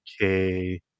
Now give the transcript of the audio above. Okay